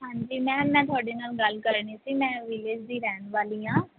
ਹਾਂਜੀ ਮੈਮ ਮੈਂ ਤੁਹਾਡੇ ਨਾਲ ਗੱਲ ਕਰਨੀ ਸੀ ਮੈਂ ਵਿਲੈਜ ਦੀ ਰਹਿਣ ਵਾਲੀ ਹਾਂ